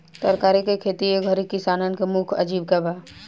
तरकारी के खेती ए घरी किसानन के मुख्य आजीविका बा